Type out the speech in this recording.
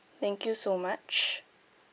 thank you so much